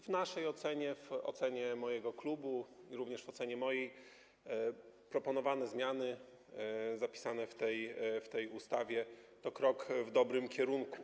W naszej ocenie, w ocenie mojego klubu i również w mojej ocenie, proponowane zmiany zapisane w tej ustawie to krok w dobrym kierunku.